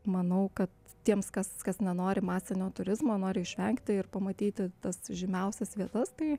manau kad tiems kas kas nenori masinio turizmo nori išvengti ir pamatyti tas žymiausias vietas tai